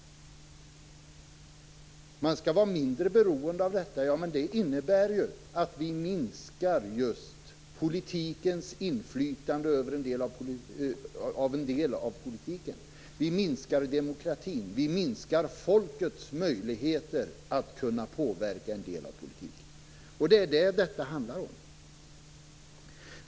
Man skall vara mindre beroende av detta. Det innebär ju att vi minskar inflytandet över en del av politiken. Vi minskar demokratin. Vi minskar folkets möjligheter att påverka en del av politiken. Det är det detta handlar om.